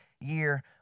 year